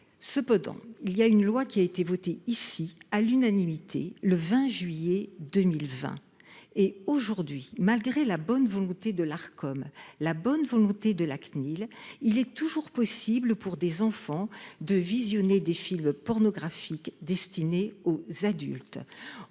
peut dans il y a une loi qui a été voté ici, à l'unanimité le 20 juillet 2020 et aujourd'hui, malgré la bonne volonté de l'art comme la bonne volonté de la CNIL, il est toujours possible pour des enfants de visionner des films pornographiques, destinés aux adultes,